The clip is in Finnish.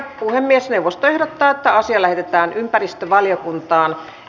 puhemiesneuvosto ehdottaa että asia lähetetään ympäristövaliokuntaan